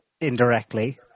indirectly